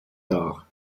dar